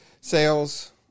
sales